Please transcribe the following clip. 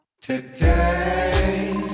Today